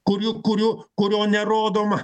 kurių kurių kurio nerodoma